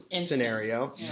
scenario